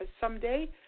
someday